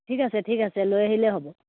ঠিক আছে ঠিক আছে লৈ আহিলেই হ'ব